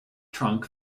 trunk